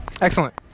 Excellent